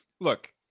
look